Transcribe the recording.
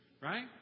Right